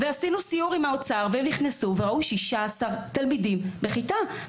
ועשינו סיור עם האוצר והם נכנסו וראו 16 תלמידים בכיתה.